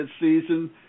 season